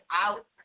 out